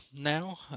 now